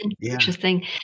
Interesting